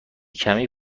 کمی